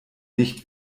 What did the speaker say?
nicht